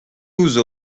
douze